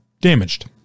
Damaged